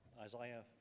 Isaiah